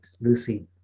Lucy